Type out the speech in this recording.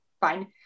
Fine